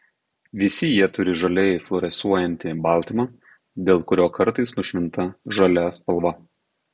visi jie turi žaliai fluorescuojantį baltymą dėl kurio kartais nušvinta žalia spalva